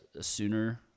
Sooner